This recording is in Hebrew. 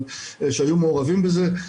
שהיו מעורבים בזה.